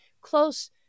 close